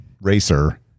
racer